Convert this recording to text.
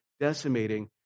decimating